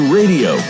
radio